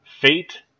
Fate